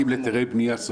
אנשים מחכים להיתרי בנייה.